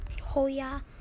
Hoya